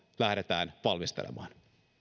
lähdetään valmistelemaan